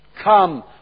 Come